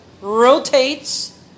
rotates